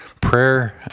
Prayer